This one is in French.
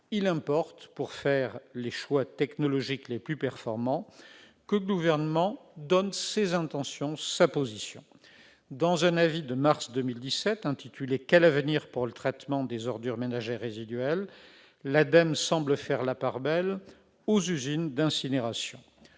Il importe, pour faire les choix technologiques les plus performants, que le Gouvernement donne ses intentions, sa position. Dans un avis de mars 2017 intitulé, l'Agence de l'environnement et de la maîtrise de l'énergie, l'ADEME, semble faire la part belle aux usines d'incinération.